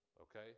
Okay